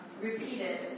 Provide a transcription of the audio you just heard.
repeated